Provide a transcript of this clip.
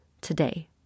today